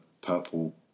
purple